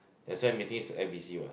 that's why meeting is to act busy what